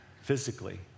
physically